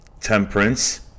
temperance